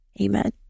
Amen